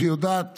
שיודעת